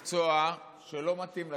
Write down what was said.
הביטחוניים הוא מקצוע שלא מתאים לצבא.